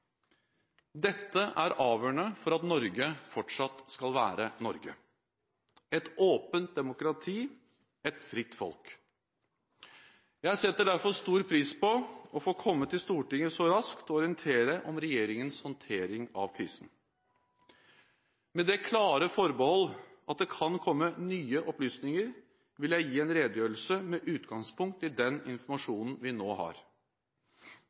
Dette er avgjørende for at Norge fortsatt skal være Norge: et åpent demokrati, et fritt folk. Jeg setter derfor stor pris på å få komme til Stortinget så raskt og orientere om regjeringens håndtering av krisen. Med det klare forbehold at det kan komme nye opplysninger, vil jeg gi en redegjørelse med utgangspunkt i den informasjonen vi nå har.